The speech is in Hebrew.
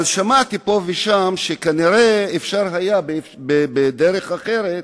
אבל שמעתי פה ושם שכנראה אפשר היה בדרך אחרת,